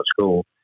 school